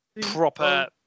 proper